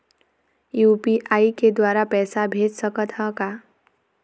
UPI के द्वारा पैसा भेज सकत ह का?